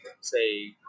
say